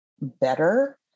better